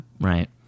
Right